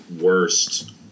worst